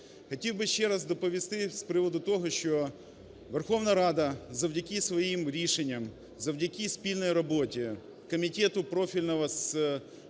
Хотів би ще раз доповісти з приводу того, що Верховна Рада завдяки своїм рішенням, завдяки спільній роботі Комітету профільного з